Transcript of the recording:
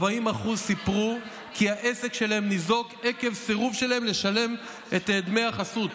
40% סיפרו כי העסק שלהם ניזוק עקב סירוב שלהם לשלם את דמי החסות,